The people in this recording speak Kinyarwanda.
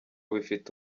bifite